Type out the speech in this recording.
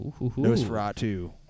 Nosferatu